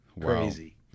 Crazy